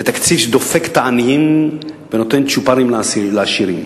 זה תקציב שדופק את העניים ונותן צ'ופרים לעשירים.